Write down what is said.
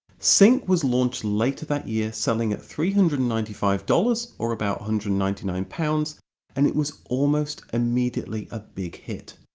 sync was launched later that year selling at three hundred and ninety five dollars or one hundred and ninety nine pounds and it was almost immediately a big hit.